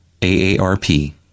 AARP